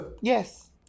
Yes